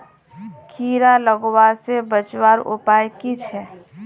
कीड़ा लगवा से बचवार उपाय की छे?